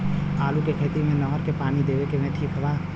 आलू के खेती मे नहर से पानी देवे मे ठीक बा?